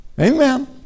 amen